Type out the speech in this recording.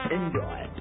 Enjoy